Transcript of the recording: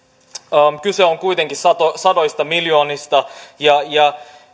kyse on kuitenkin sadoista miljoonista ja